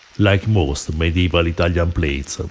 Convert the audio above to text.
like most medieval italian plates.